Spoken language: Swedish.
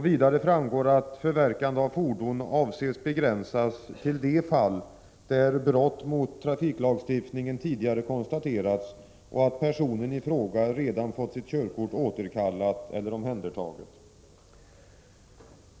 Vidare framgår att förverkande av fordon avses begränsas till de fall där brott mot trafiklagstiftningen tidigare konstaterats och där personen i fråga redan fått sitt körkort återkallat eller omhändertaget.